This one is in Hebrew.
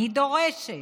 אני דורשת,